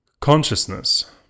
consciousness